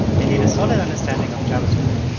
you need a solid understanding of javascript.